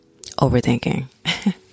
overthinking